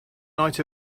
night